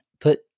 put